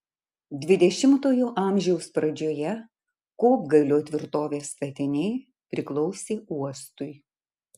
dvidešimtojo amžiaus pradžioje kopgalio tvirtovės statiniai priklausė uostui